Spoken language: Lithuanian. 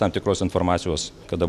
tam tikros informacijos kada